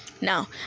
Now